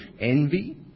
Envy